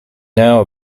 now